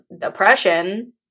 depression